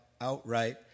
outright